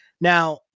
Now